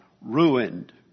ruined